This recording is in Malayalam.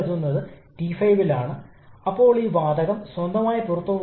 എന്താണെന്ന് നമുക്ക് ശ്രദ്ധിക്കാം താപനില അല്ലെങ്കിൽ എന്ത് വിവരങ്ങളുണ്ട്